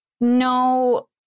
no